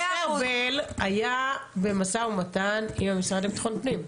משה ארבל היה במשא ומתן עם המשרד לביטחון פנים.